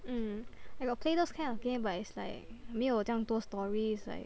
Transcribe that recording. mm I got play those kind of game but it's like 没有这样 stories like